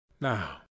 now